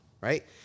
right